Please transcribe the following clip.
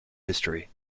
history